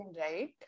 right